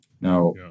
Now